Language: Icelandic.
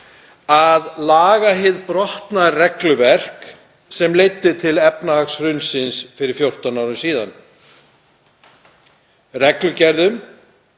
að laga hið brotna regluverk sem leiddi til efnahagshrunsins fyrir 14 árum síðan, reglugerðum